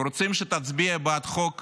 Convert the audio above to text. הם רוצים שתצביע בעד חוק